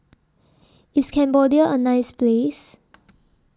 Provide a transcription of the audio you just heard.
IS Cambodia A nice Place